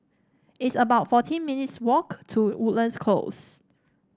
it's about fourteen minutes' walk to Woodlands Close